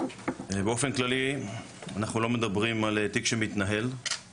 באופן כללי אנחנו לא מדברים על תיק שמתנהל,